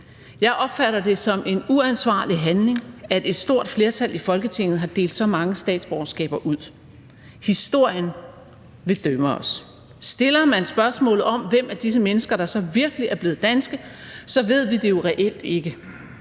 Jeg opfatter det som en uansvarlig handling, at et stort flertal i Folketinget har delt så mange statsborgerskaber ud. Historien vil dømme os. Stiller man spørgsmålet om, hvem af disse mennesker der så virkelig er blevet danske, ved vi det jo reelt ikke.